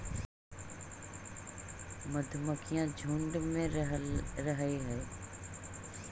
मधुमक्खियां झुंड में रहअ हई